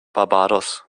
barbados